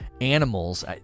animals